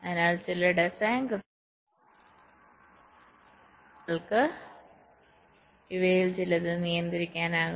അതിനാൽ ചില ഡിസൈൻ കൃത്രിമങ്ങൾ ചെയ്യുന്നതിലൂടെ നിങ്ങൾക്ക് ഇവയിൽ ചിലത് നിയന്ത്രിക്കാനാകും